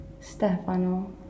Stefano